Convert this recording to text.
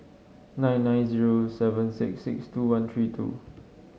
nine nine zero seven six six two one three two